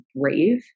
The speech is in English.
brave